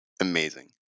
amazing